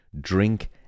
Drink